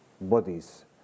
bodies